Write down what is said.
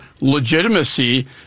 legitimacy